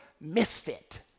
misfit